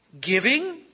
giving